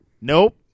Nope